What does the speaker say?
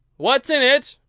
what's in it?